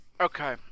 okay